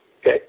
Okay